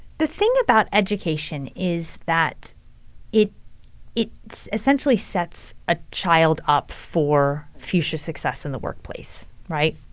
the thing about education is that it it essentially sets a child up for future success in the workplace, right?